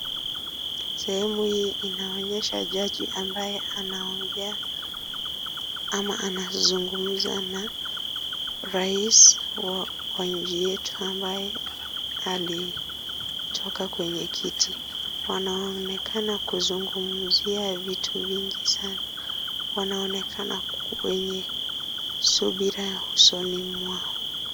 Sehemu hii inaonyesha jaji ambaye anaongea ama anazungumza na rais wa nchi yetu, ambaye alitoka kwenye kiti. Wanaonekana kuzungumzia vitu vingi sana. Wanaonekana wenye subira usoni mwao.